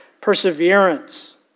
perseverance